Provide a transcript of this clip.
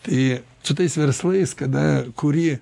tai su tais verslais kada kuri